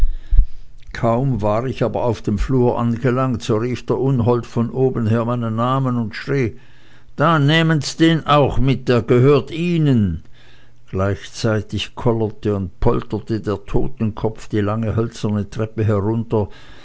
kaum war ich aber auf dem flur angelangt so rief der unhold von oben her meinen namen und schrie da nehmen's den auch mit der gehört ihnen gleichzeitig kollerte und polterte der totenkopf die lange hölzerne treppe herunter